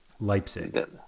Leipzig